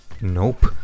nope